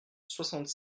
soixante